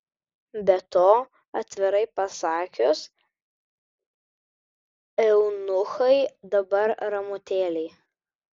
be to atvirai pasakius eunuchai dabar ramutėliai